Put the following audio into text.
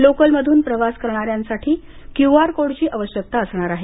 लोकलमधून प्रवास करण्यासाठी Q R code ची आवश्यकता असणार आहे